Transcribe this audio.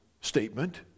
statement